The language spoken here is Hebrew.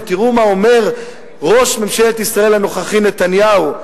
ותראו מה אומר ראש ממשלת ישראל הנוכחי נתניהו.